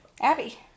Abby